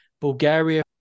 Bulgaria